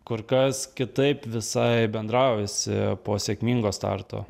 kur kas kitaip visai bendraujasi po sėkmingo starto